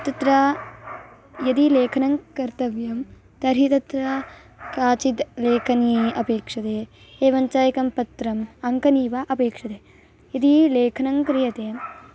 तत्र यदि लेखनं कर्तव्यं तर्हि तत्र काचिद् लेखनी अपेक्षते एवञ्च एकं पत्रम् अङ्कनी वा अपेक्षते यदि लेखनं क्रियते